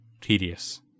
tedious